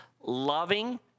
loving